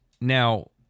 now